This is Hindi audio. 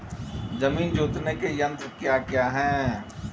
जमीन जोतने के यंत्र क्या क्या हैं?